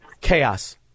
Chaos